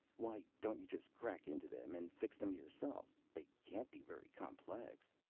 why don't you just crack into them and fix them yourself, they can't be very complex.